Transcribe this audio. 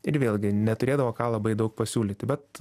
ir vėlgi neturėdavo ką labai daug pasiūlyti bet